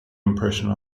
impression